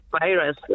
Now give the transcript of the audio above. virus